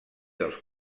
dels